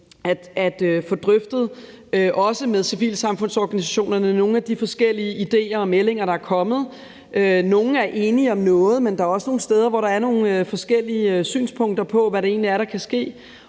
at få drøftet, også med civilsamfundsorganisationerne, nogle af de forskellige idéer og meldinger, der er kommet. Nogle er enige om noget, men der er også nogle steder, hvor der er nogle forskellige synspunkter om, hvad det egentlig er, der skal ske.